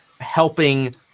helping